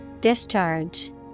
Discharge